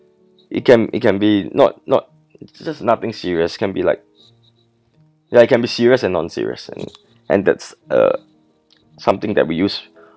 it can it can be not not j~ just nothing serious can be like ya it can be serious and non serious and that's uh something that we use